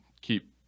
keep